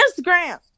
Instagram